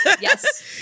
Yes